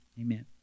Amen